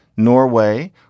Norway